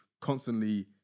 constantly